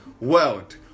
world